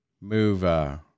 move